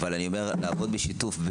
אני אומר שיש לעבוד בשיתוף.